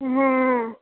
हुँ